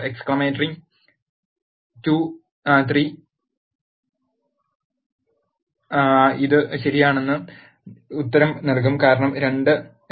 3 ഇത് ശരിയാണെന്ന് ഉത്തരം നൽകും കാരണം 2